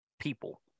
people